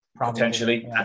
potentially